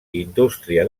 indústria